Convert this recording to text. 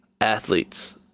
athletes